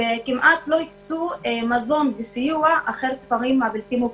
וכמעט לא הקצו מזון וסיוע לכפרים הלא מוכרים,